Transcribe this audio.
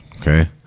Okay